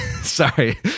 Sorry